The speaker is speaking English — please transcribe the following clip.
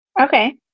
Okay